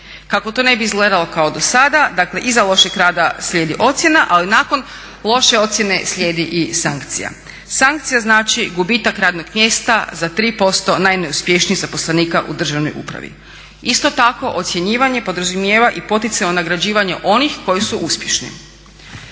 Kako to ne bi izgledalo kao dosada, dakle iza lošeg rada slijedi ocjena ali nakon loše ocjene slijedi i sankcija. Sankcija znači gubitak radnog mjesta za 3% najneuspješnijih zaposlenika u državnoj upravi. Isto tako ocjenjivanje podrazumijeva i poticaj u nagrađivanju onih koji su uspješni.